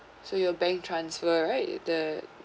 so your bank transfer right the